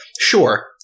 sure